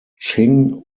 ching